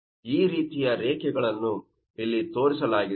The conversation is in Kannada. ಈ ರೀತಿಯ ರೇಖೆಗಳನ್ನು ಇಲ್ಲಿ ತೋರಿಸಲಾಗಿದೆ